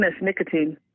nicotine